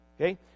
Okay